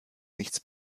nichts